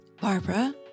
Barbara